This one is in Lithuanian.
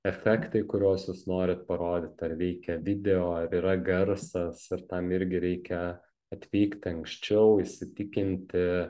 efektai kuriuos jūs norit parodyt ar veikia video ar yra garsas ir tam irgi reikia atvykti anksčiau įsitikinti